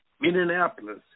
Minneapolis